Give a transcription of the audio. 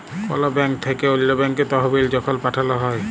call ব্যাংক থ্যাইকে অল্য ব্যাংকে তহবিল যখল পাঠাল হ্যয়